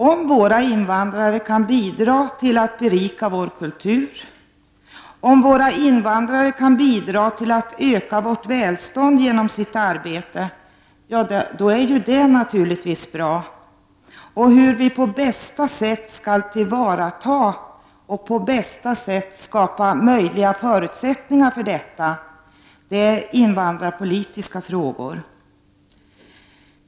Om våra invandrare kan bidra till att berika vår kultur och kan bidra till att öka vårt välstånd genom sitt arbete är det naturligtvis bra. Hur vi på bästa sätt skall tillvarata resurserna och skapa bästa möjliga förutsättningar för detta är invandrarpolitiska frågor.